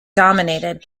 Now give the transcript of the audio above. dominated